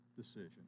decision